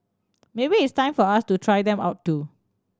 maybe it's time for us to try them out too